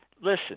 Listen